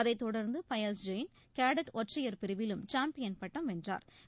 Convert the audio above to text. அதைத் தொடர்ந்து பயஸ் ஜெயின் கேடட் ஒற்றையர் பிரிவிலும் அவர் சாம்பியன் பட்டம் வென்றாா்